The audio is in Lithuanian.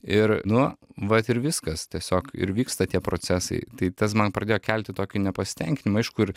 ir nu vat ir viskas tiesiog ir vyksta tie procesai tai tas man pradėjo kelti tokį nepasitenkinimą aišku ir